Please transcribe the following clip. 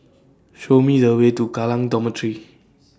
Show Me The Way to Kallang Dormitory